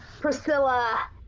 Priscilla